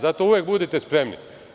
Zato uvek budite spremni.